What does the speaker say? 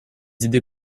idées